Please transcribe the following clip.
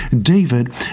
David